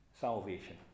salvation